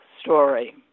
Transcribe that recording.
story